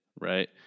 right